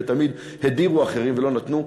ותמיד הדירו אחרים ולא נתנו,